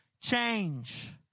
change